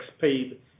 paid